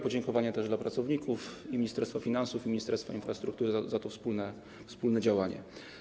Podziękowania też dla pracowników Ministerstwa Finansów i Ministerstwa Infrastruktury za to wspólne działanie.